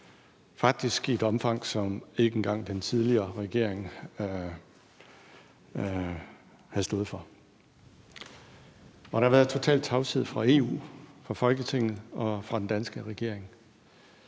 faktisk i et omfang, som ikke engang den tidligere regering havde stået for. Der har været total tavshed fra EU, fra Folketinget og fra den danske regering.